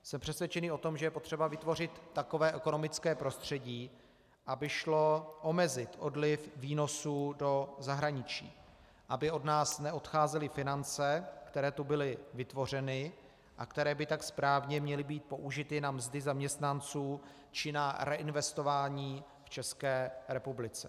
Jsem přesvědčený o tom, že je potřeba vytvořit takové ekonomické prostředí, aby šlo omezit odliv výnosů do zahraničí, aby od nás neodcházely finance, které tu byly vytvořeny a které by tak správně měly být použity na mzdy zaměstnanců či na reinvestování v České republice.